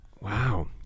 Wow